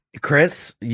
chris